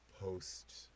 post-